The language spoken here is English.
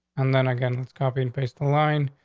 and then again, it's copy and paste the line.